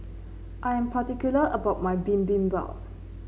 I am particular about my Bibimbap